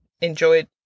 enjoyed